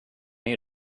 you